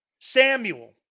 Samuel